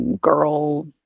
girl